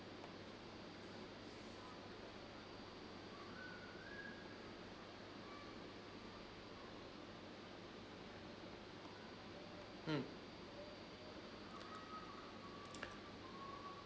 mm